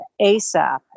ASAP